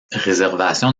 réservation